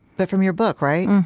but from your book, right?